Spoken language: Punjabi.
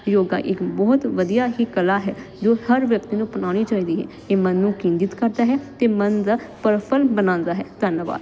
ਯੋਗਾ ਇਕ ਬਹੁਤ ਵਧੀਆ ਹੀ ਕਲਾ ਹੈ ਜੋ ਹਰ ਵਿਅਕਤੀ ਨੂੰ ਅਪਣਾਉਣੀ ਚਾਹੀਦੀ ਹੈ ਇਹ ਮਨ ਨੂੰ ਕੇਂਦਰਿਤ ਕਰਦਾ ਹੈ ਅਤੇ ਮਨ ਦਾ ਪਰਫਨ ਬਣਾਉਂਦਾ ਹੈ ਧੰਨਵਾਦ